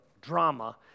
drama